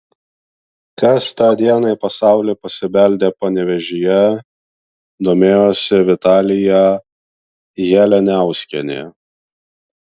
kas tą dieną į pasaulį pasibeldė panevėžyje domėjosi vitalija jalianiauskienė